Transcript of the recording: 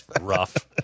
Rough